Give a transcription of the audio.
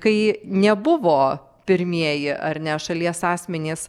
kai nebuvo pirmieji ar ne šalies asmenys